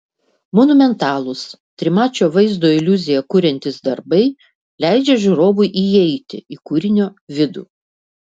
monumentalūs trimačio vaizdo iliuziją kuriantys darbai leidžia žiūrovui įeiti į kūrinio vidų